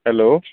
hello